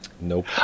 Nope